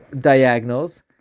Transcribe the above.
diagonals